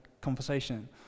conversation